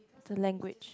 the language